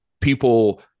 people